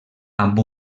amb